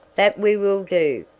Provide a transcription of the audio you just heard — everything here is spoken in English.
that we will do,